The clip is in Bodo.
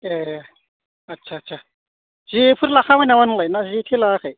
ए आटसा आटसा जेफोर लाखाबाय नामा नोंलाय ना जे थे लायाखै